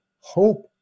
Hope